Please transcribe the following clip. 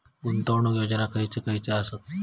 गुंतवणूक योजना खयचे खयचे आसत?